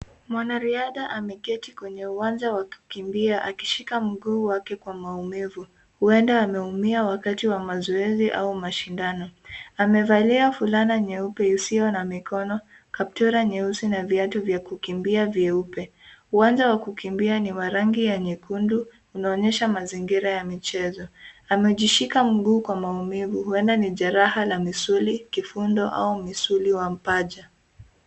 Mwanariadha ameketi kwenye uwanja wa kukimbia akishika mguu wake kwa maumivu, huenda ameumia wakati wa mazoezi au mashindano. Amevalia fulana nyeupe isiyo na mikono, kaptula nyeusi na viatu vya kukimbia vyeupe. Uwanja wa kukimbia ni wa rangi ya nyekundu, unaonyesha mazingira ya michezo. Amejishika mguu kwa maumivu, huenda ni jeraha la misuli, kifundo au misuli wa mpaja.